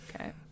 Okay